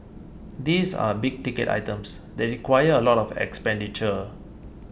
these are big ticket items they require a lot of expenditure